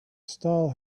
stall